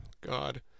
God